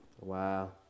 Wow